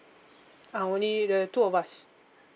uh only the two of us